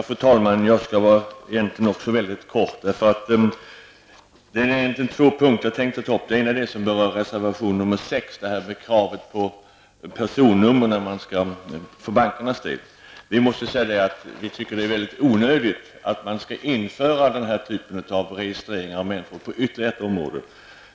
Fru talman! Jag skall vara mycket kortfattad. Jag tänkte ta upp två punkter. Den ena gäller reservation 6 om skyldighet att uppge personnummer. Vi anser att det är mycket onödigt att införa den här typen av registrering av människor på ytterligare ett område.